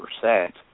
percent